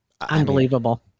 unbelievable